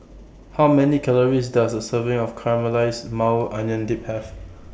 How Many Calories Does A Serving of Caramelized Maui Onion Dip Have